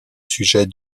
sujet